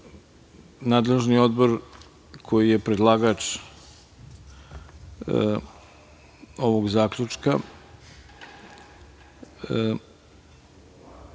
nadležni odbor koji je predlagač ovog zaključka